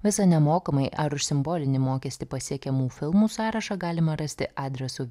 visą nemokamai ar už simbolinį mokestį pasiekiamų filmų sąrašą galima rasti adresu